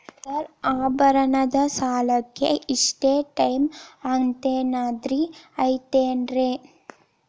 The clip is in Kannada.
ಸರ್ ಆಭರಣದ ಸಾಲಕ್ಕೆ ಇಷ್ಟೇ ಟೈಮ್ ಅಂತೆನಾದ್ರಿ ಐತೇನ್ರೇ?